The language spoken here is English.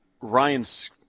Ryan's